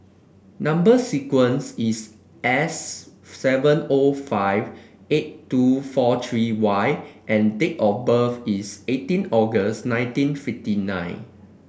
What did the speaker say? number sequence is S seven O five eight two four three Y and date of birth is eighteen August nineteen fifty nine